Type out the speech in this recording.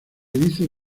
dice